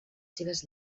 seves